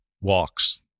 walks